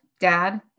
dad